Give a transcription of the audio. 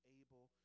able